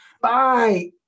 Bye